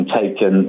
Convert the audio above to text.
taken